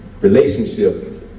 relationships